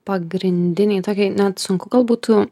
pagrindiniai tokie net sunku gal būtų